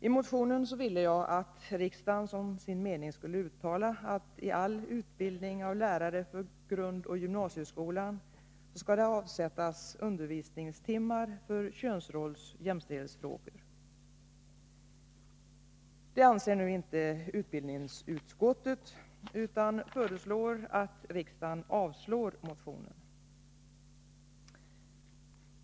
I motionen ville jag att riksdagen som sin mening skulle uttala att i all utbildning av lärare för grundoch gymnasieskolan skall avsättas undervisningstimmar för könsrolls-/jämställdhetsfrågor. Det anser inte utbildningsutskottet utan föreslår att riksdagen avslår motionen.